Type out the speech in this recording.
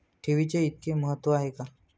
ठेवीचे इतके महत्व का आहे?